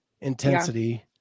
intensity